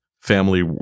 family